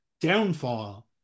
downfall